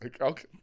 Okay